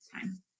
time